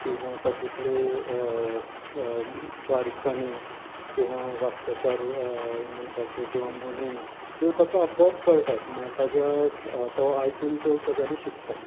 किंवा तातुतलें बारीकसाणी किंवा वाक्यप्रचार एमणपाचें किंवा म्हणी ह्यो ताका आपो आप कळटात म्हळ्यार ताज्या तो आयकून त्यो गजाली शिकता